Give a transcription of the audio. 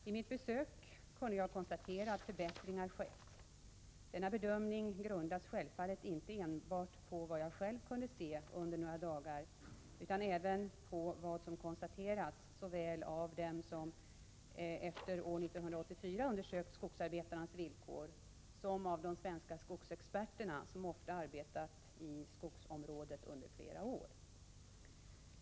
Vid mitt besök kunde jag konstatera att förbättringar skett. Denna bedömning grundas självfallet inte enbart på vad jag själv kunde se under några dagar, utan även på vad som konstaterats såväl av dem som efter år 1984 undersökt skogsarbetarnas villkor som av de svenska skogsexperterna, som ofta arbetat i skogsområdet under flera år.